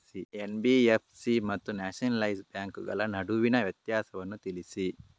NBFC ಮತ್ತು nationalise ಬ್ಯಾಂಕುಗಳ ನಡುವಿನ ವ್ಯತ್ಯಾಸವನ್ನು ತಿಳಿಸಿ?